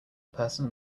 person